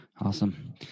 Awesome